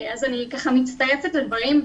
אני מצטרפת לדברים.